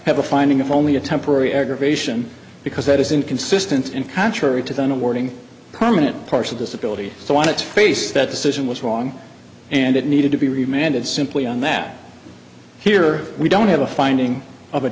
have a finding of only a temporary aggravation because that is inconsistent and contrary to the wording prominent partial disability so on its face that decision was wrong and it needed to be remanded simply and that here we don't have a finding